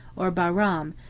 or bahram,